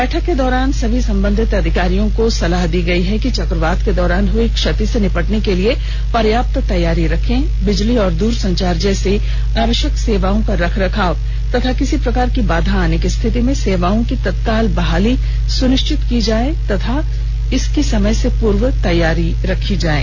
बैठक के दौरान सभी संबंधित अधिकारियों को सलाह दी गई है कि चक्रवात के दौरान हुई क्षति से निपटने के लिए पर्याप्त तैयारी रखें बिजली और दूरसंचार जैसे आवश्यक सेवाओं का रख रखाव तथा किसी प्रकार की बाधा आने की स्थिति में सेवाओं की तत्काल बहाली सुनिश्चित करें तथा समय से पूर्व तैयारी रखें